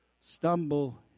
stumble